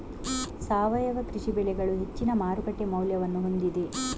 ಸಾವಯವ ಕೃಷಿ ಬೆಳೆಗಳು ಹೆಚ್ಚಿನ ಮಾರುಕಟ್ಟೆ ಮೌಲ್ಯವನ್ನು ಹೊಂದಿದೆ